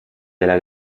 della